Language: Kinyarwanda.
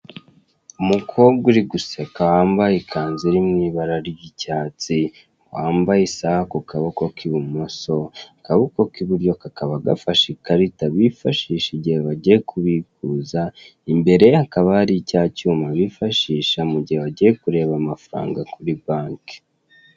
Umukobwa uri guseka wambaye ikanzu iri mu ibara ry'icyatsi, wambaye isaha ku kaboko k'ibumoso, akaboko k'iburyo kakaba gafashe ikarita bifashisha igihe bagiye kubikuza, imbere ye hakaba hari cya cyuma bifashisha mu gihe bagiye kureba amafaranga kuri banki.